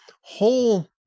whole